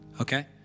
okay